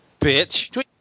Bitch